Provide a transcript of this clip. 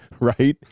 Right